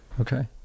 Okay